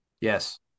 yes